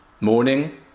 Morning